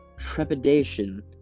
trepidation